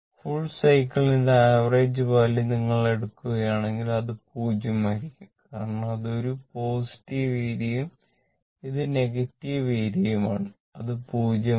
full cycle ന്റെ average value നിങ്ങൾ എടുക്കുകയാണെങ്കിൽ അത് 0 ആയിരിക്കും കാരണം ഇത് ഒരു പോസിറ്റീവ് ഏരിയയും ഇത് നെഗറ്റീവ് ഏരിയയുമാണ് അത് 0 ആകും